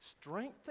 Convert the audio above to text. strengthen